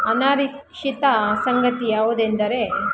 ಅನಿರೀಕ್ಷಿತ ಸಂಗತಿ ಯಾವುದೆಂದರೆ